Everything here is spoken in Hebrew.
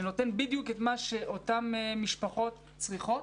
שנותן בדיוק את מה שאותן משפחות צריכות,